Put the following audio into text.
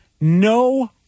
no